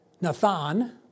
Nathan